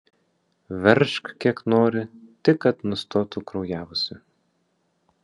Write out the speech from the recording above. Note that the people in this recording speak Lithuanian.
veržk kiek nori tik kad nustotų kraujavusi